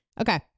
Okay